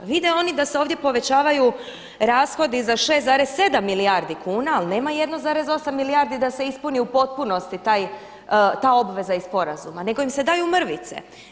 Vide oni da se ovdje povećavaju rashodi za 6,7 milijardi kuna, ali nema 1,8 milijardi da se ispuni u potpunosti ta obveza iz sporazuma, nego im se daju mrvice.